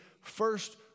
first